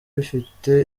bifite